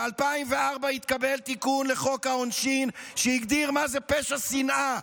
ב-2004 התקבל תיקון לחוק העונשין שהגדיר מה זה פשע שנאה,